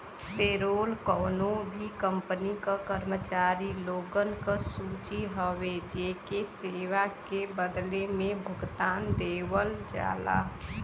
payroll कउनो भी company क कर्मचारी लोगन क सूची हउवे जेके सेवा के बदले में भुगतान देवल जाला